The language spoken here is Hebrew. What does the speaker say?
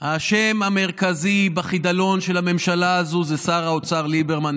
האשם המרכזי בחידלון של הממשלה הזו זה שר האוצר ליברמן,